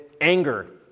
anger